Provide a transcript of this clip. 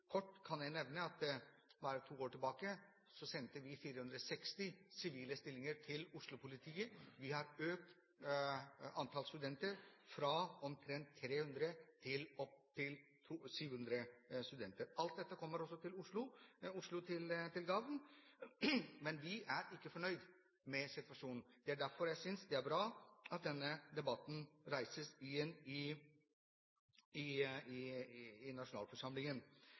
Kort kan jeg nevne at for bare to år tilbake sendte vi 460 sivile stillinger til Oslo-politiet. Vi har økt antall studenter fra omtrent 300 til opptil 700. Alt dette kommer også Oslo til gagn. Men vi er ikke fornøyd med situasjonen. Det er derfor jeg synes det er bra at denne debatten reises igjen i nasjonalforsamlingen. Kriminaliteten er, som flere har vært innom, en